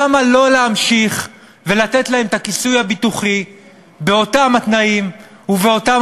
למה לא להמשיך לתת להם את הכיסוי הביטוחי באותם התנאים ובאותם